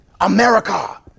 America